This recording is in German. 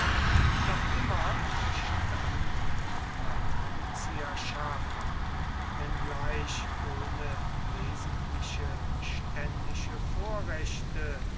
noch immer bestand die patrizierschaft wenngleich ohne wesentliche ständische vorrechte